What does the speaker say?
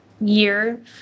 year